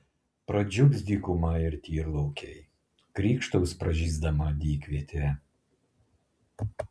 pradžiugs dykuma ir tyrlaukiai krykštaus pražysdama dykvietė